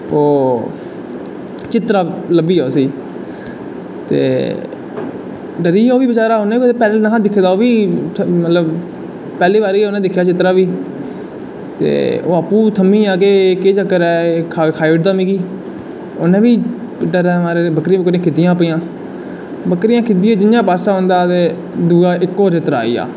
तो चित्तरा लब्भिया उसी ते डरिया ओह् बी बचैरा उन्नै बी पैह्लैं नेईं हा दिक्खे दा ते पैह्ली बारी गै दिक्खेआ उनै चित्तरा बी ते ओह् अप्पूं गै थम्मिया केह् चक्कर ऐ खाई ओड़दा मिगी उनैं बी डरे दे मारे बकरियां खिद्दियां अपनियां बकरियां खिद्दियै जियां पास्सै होंदा हा ते दुऐ चित्तरा आई गेआ